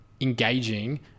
engaging